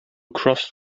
cross